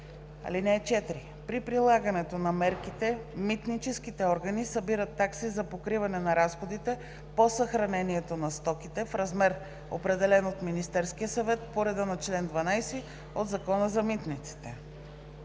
„(4) При прилагането на мерките митническите органи събират такси за покриване на разходите по съхранението на стоките в размер, определен от Министерския съвет по реда на чл. 12 от Закона за митниците.“